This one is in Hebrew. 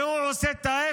הרי הוא עושה את ההפך